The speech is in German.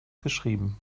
geschrieben